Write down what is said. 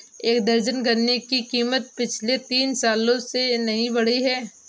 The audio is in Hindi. एक दर्जन गन्ने की कीमत पिछले तीन सालों से नही बढ़ी है